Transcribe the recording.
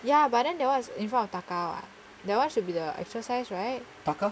ya but then that [one] was in front of taka [what] that [one] should be the actual size right